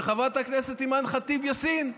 וחברת הכנסת אימאן ח'טיב יאסין,